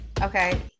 Okay